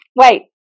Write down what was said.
wait